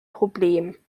problem